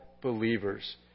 believers